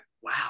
wow